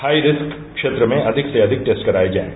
high risk क्षेत्र में अधिक से अधिक टेस्ट कराये जाएं